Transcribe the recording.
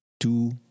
Two